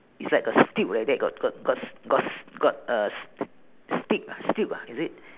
is like got steel like that got got got s~ got s~ got uh s~ stick uh steel uh is it